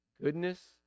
goodness